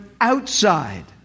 outside